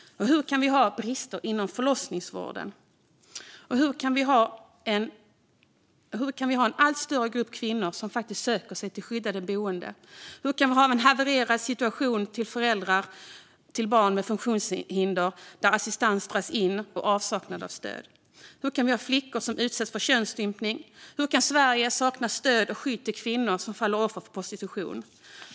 Hur kan vi ha brister inom förlossningsvården? Hur kan vi ha en allt större grupp kvinnor som söker sig till skyddade boenden? Hur kan vi ha en havererad situation för föräldrar till barn med funktionshinder där assistans dras in och stöd saknas? Hur kan vi ha flickor som utsätts för könsstympning? Hur kan Sverige sakna stöd och skydd till kvinnor som faller offer för prostitution?